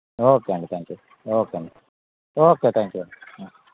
okay అండి thank you okay అండి okay thank you అండి